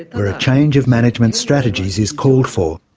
where a change of management strategies is called for.